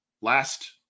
last